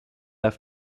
have